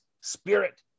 spirit